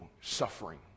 suffering